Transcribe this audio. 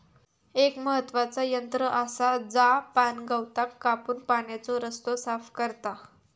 एक महत्त्वाचा यंत्र आसा जा पाणगवताक कापून पाण्याचो रस्तो साफ करता